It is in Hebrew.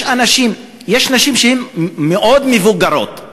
יש נשים שהן מאוד מבוגרות,